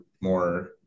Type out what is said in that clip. more